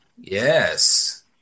Yes